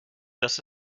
das